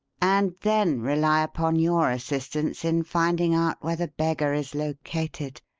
and then rely upon your assistance in finding out where the beggar is located.